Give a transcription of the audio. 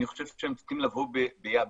אני חושב שהם צריכים לבוא במקביל,